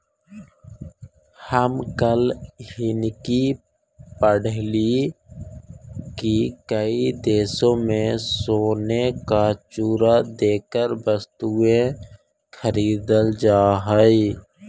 हम कल हिन्कि पढ़लियई की कई देशों में सोने का चूरा देकर वस्तुएं खरीदल जा हई